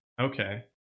Okay